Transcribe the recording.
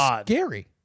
scary